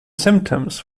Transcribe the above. symptoms